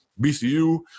BCU